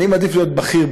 אני מעדיף להיות בחיר,